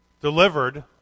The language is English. Delivered